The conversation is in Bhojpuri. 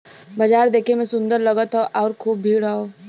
बाजार देखे में सुंदर लगत हौ आउर खूब भीड़ हौ